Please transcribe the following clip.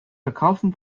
verkaufen